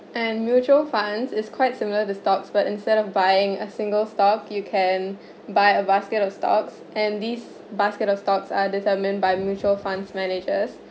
and mutual funds is quite similar to stocks but instead of buying a single stock you can buy a basket of stocks and this basket of stocks are determined by mutual funds managers